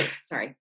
sorry